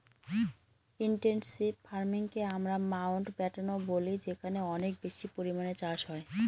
intensive ফার্মিংকে আমরা মাউন্টব্যাটেনও বলি যেখানে অনেক বেশি পরিমানে চাষ হয়